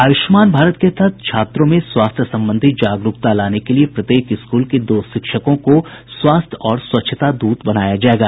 आयूष्मान भारत के तहत छात्रों में स्वास्थ्य संबंधी जागरूकता लाने के लिए प्रत्येक स्कूल के दो शिक्षकों को स्वास्थ्य और स्वच्छता द्रत बनाया जाएगा